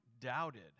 doubted